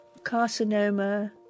Carcinoma